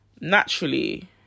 naturally